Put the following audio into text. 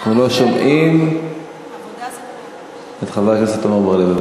אנחנו לא שומעים את חבר הכנסת עמר בר-לב.